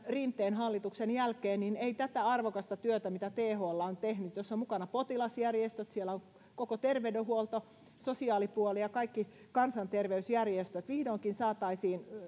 rinteen hallituksen jälkeen ei tätä arvokasta työtä mitä thl on tehnyt jossa ovat mukana potilasjärjestöt siellä on koko terveydenhuolto sosiaalipuoli ja kaikki kansanterveysjärjestöt vihdoinkin saataisiin